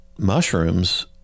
mushrooms